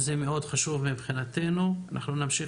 זה מאוד חשוב מבחינתנו ואנחנו